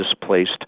displaced